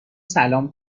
سلام